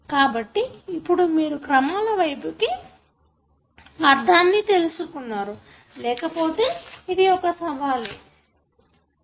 కాబట్టి ఇప్పుడు మీరు క్రమాల వైపుకు అర్థాన్ని తెలుసుకున్నారు లేకపోతే ఇది ఒక సవాలే